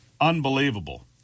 Unbelievable